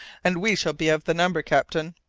and we shall be of the number, captain.